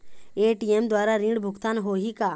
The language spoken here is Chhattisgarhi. ए.टी.एम द्वारा ऋण भुगतान होही का?